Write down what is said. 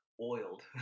oiled